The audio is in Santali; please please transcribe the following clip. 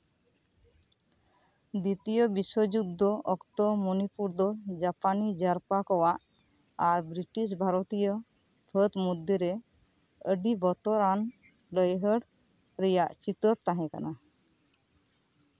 ᱫᱤᱛᱤᱭᱚ ᱵᱤᱥᱥᱚ ᱡᱩᱫᱽᱫᱷᱚ ᱚᱠᱛᱚ ᱢᱚᱱᱤᱯᱩᱨ ᱫᱚ ᱡᱟᱯᱟᱱᱤ ᱡᱟᱨᱯᱟ ᱠᱚᱣᱟᱜ ᱵᱨᱤᱴᱤᱥ ᱵᱷᱟᱨᱚᱛᱤᱭᱚ ᱯᱷᱟᱹᱫ ᱢᱚᱫᱽᱫᱷᱮᱨᱮ ᱟᱹᱰᱤ ᱵᱚᱛᱚᱨᱟᱱ ᱞᱟᱹᱲᱦᱟᱹᱨ ᱨᱮᱭᱟᱜ ᱪᱤᱛᱟᱹᱨ ᱛᱟᱦᱮᱸ ᱠᱟᱱᱟ